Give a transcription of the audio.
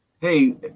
hey